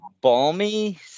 balmy